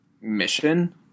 mission